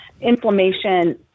inflammation